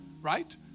right